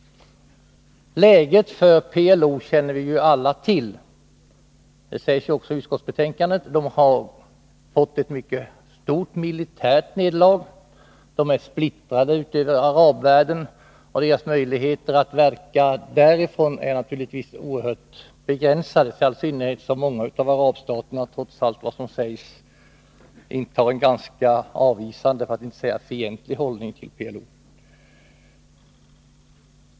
Läget för PLO känner vi alla till. Detta sägs också i utskottsbetänkandet. PLO har lidit ett mycket stort militärt nederlag. Organisationen är splittrad över arabvärlden, och dess möjligheter att verka därifrån är naturligtvis oerhört begränsade, i all synnerhet som många av arabstaterna — trots vad som sägs — intar en ganska avvisande för att inte säga fientlig hållning till PLO.